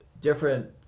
different